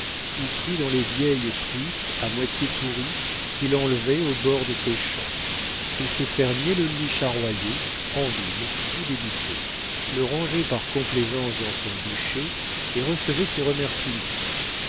ou pris dans les vieilles truisses à moitié pourries qu'il enlevait au bord de ses champs et ses fermiers le lui charroyaient en ville tout débité le rangeaient par complaisance dans son bûcher et recevaient ses remercîments